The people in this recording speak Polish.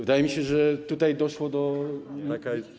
Wydaje mi się, że tutaj doszło do.